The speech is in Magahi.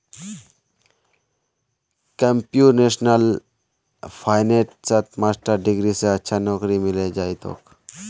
कंप्यूटेशनल फाइनेंसत मास्टर डिग्री स अच्छा नौकरी मिले जइ तोक